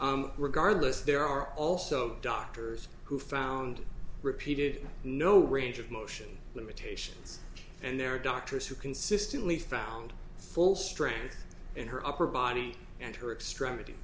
renter regardless there are also doctors who found repeated no range of motion limitations and there are doctors who consistently found full strength in her upper body and her extremit